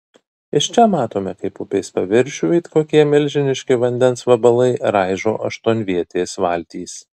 iš čia matome kaip upės paviršių it kokie milžiniški vandens vabalai raižo aštuonvietės valtys